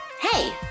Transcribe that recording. Hey